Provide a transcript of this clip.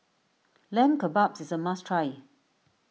Lamb Kebabs is a must try